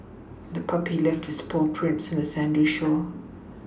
the puppy left its paw prints on the sandy shore